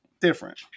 different